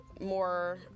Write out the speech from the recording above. more